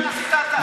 לא מה שעשינו אנחנו.